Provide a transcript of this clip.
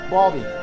Baldy